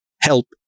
help